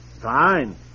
Fine